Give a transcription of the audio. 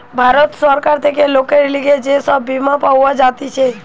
ভারত সরকার থেকে লোকের লিগে যে সব বীমা পাওয়া যাতিছে